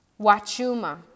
Wachuma